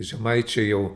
žemaičiai jau